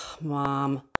mom